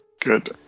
good